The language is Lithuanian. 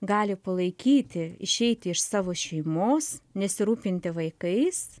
gali palaikyti išeiti iš savo šeimos nesirūpinti vaikais